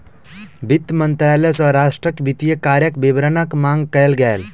वित्त मंत्रालय सॅ राष्ट्रक वित्तीय कार्यक विवरणक मांग कयल गेल